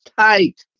tight